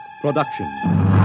production